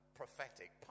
prophetic